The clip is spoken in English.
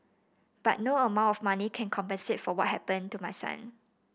but no amount of money can compensate for what happened to my son